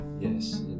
yes